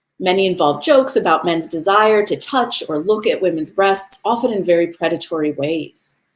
many involve jokes about men's desire to touch or look at women's breasts, often in very predatory ways.